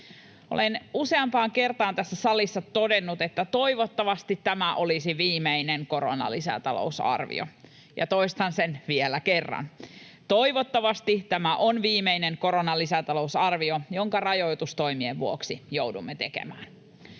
Olen useampaan kertaan tässä salissa todennut, että toivottavasti tämä olisi viimeinen koronalisätalousarvio, ja toistan sen vielä kerran: toivottavasti tämä on viimeinen koronalisätalousarvio, jonka rajoitustoimien vuoksi joudumme tekemään.